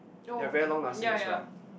oh ya ya